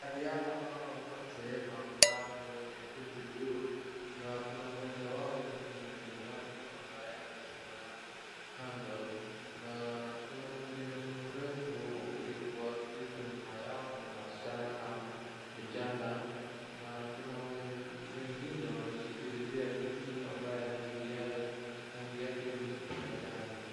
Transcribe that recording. Wanaraidha hawa wote wamevaa nguo nyekundu juu na kuna mmoja wao ni mlemavu ambaye amesimama kando na kuna mwingine mrefu yuko nyuma yao wasichana na vijana ,na kuna wengine wameshikililia kitu ambayo rangi yake ni majani.